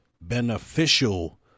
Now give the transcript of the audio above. beneficial